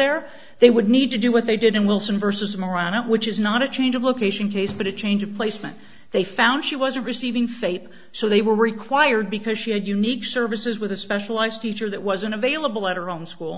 there they would need to do what they did and were versus marano which is not a change of location case but a change of placement they found she was receiving faith so they were required because she had unique services with a specialized teacher that wasn't available at her own school